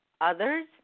others